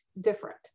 different